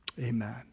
amen